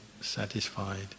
satisfied